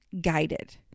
guided